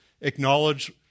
acknowledge